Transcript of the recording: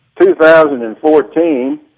2014